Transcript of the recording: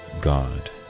God